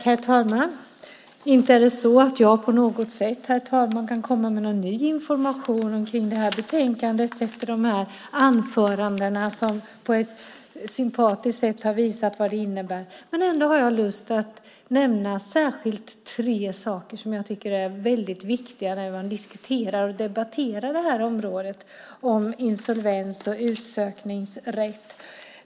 Herr talman! Inte kan jag på något sätt komma med någon ny information omkring betänkandet efter de anföranden som på ett sympatiskt sätt har visat på vad det här innebär. Men jag har lust att nämna särskilt tre saker som jag tycker är väldigt viktiga när vi debatterar insolvens och utsökningsrätt.